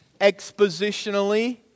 expositionally